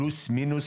פלוס מינוס,